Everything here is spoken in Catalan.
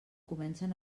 comencen